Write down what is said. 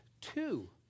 two